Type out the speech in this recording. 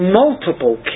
multiple